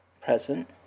present